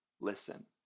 listen